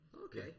okay